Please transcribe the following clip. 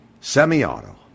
Semi-auto